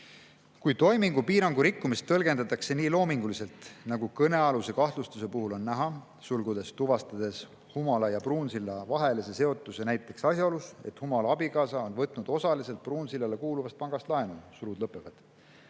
"Kui toimingupiirangu rikkumist tõlgendatakse nii loominguliselt, nagu kõnealuse kahtlustuse puhul on näha (tuvastades Humala ja Pruunsilla vahelise seotuse näiteks asjaolus, et Humala abikaasa on võtnud osaliselt Pruunsillale kuuluvast pangast laenu), siis kuidas